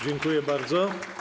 Dziękuję bardzo.